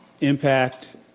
impact